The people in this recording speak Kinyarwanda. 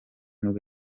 nibwo